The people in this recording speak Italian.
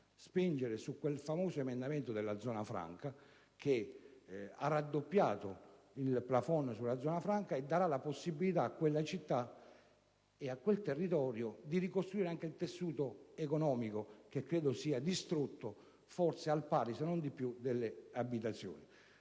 comune dell'Aquila. Si tratta di una proposta che ha raddoppiato il*plafond* per la zona franca e che darà la possibilità a quella città e a quel territorio di ricostruire anche il tessuto economico, che credo sia distrutto forse al pari, se non di più, delle abitazioni.